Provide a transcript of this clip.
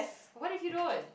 what did she rode